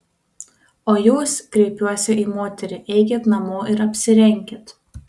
o jūs kreipiuos į moterį eikit namo ir apsirenkit